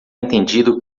entendido